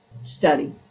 study